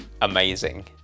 amazing